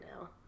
now